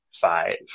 five